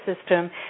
system